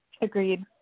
Agreed